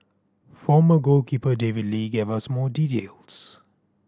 former goalkeeper David Lee gave us more details